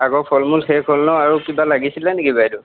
আগৰ ফল মূল শেষ হ'ল ন আৰু কিবা লাগিছিলে নেকি বাইদেউ